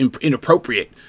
inappropriate